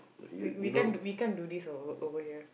we we can't we can't do this over over here